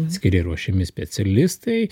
skiria ruošiami specialistai